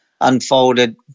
unfolded